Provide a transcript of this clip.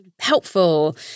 helpful